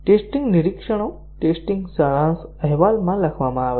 testing નિરીક્ષણો testing સારાંશ અહેવાલમાં લખવામાં આવે છે